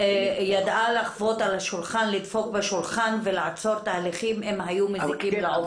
ידעה לדפוק על השולחן ולעצור תהליכים אם הם היו מזיקים לעובדים.